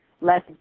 less